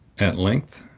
at length,